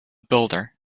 builder